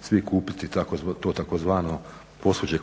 svi kupiti to tzv. posuđe